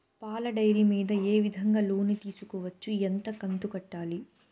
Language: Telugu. పాల డైరీ మీద ఏ విధంగా లోను తీసుకోవచ్చు? ఎంత కంతు కట్టాలి?